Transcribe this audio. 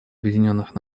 объединенных